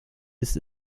ist